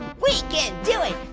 we can do it,